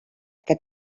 que